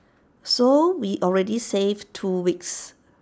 so we already save two weeks